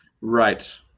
Right